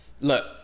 Look